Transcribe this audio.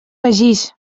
begís